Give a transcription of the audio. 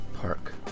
park